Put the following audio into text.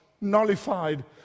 nullified